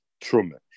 Truman